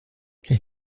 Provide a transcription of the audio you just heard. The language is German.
herr